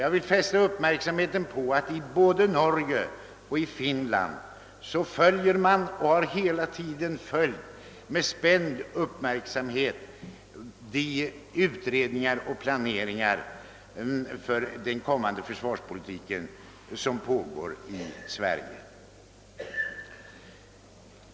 Jag vill fästa uppmärksamheten på att man både i Norge och Finland hela tiden har följt och alltjämt med spänd uppmärksamhet följer de utredningar och den planering för den kommande försvarspolitiken som pågår här i Sverige.